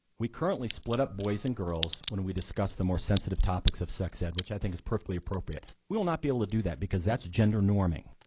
we currently split up boys and girls when and we discuss the more sensitive topics of sex ed, which i think is perfectly appropriate. we will not be able to do that because that's gender norming.